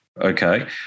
okay